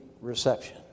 reception